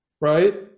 Right